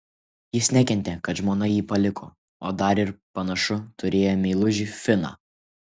jis nekentė kad žmona jį paliko o dar ir panašu turėjo meilužį finą